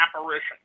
apparition